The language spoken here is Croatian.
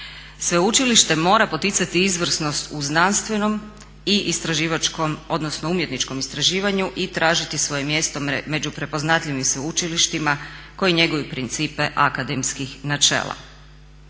Sveučilište mora poticati izvrsnost u znanstvenom i istraživačkom, odnosno umjetničkom istraživanju i tražiti svoje mjesto među prepoznatljivim sveučilištima koji njeguju principe akademskih načela.